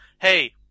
hey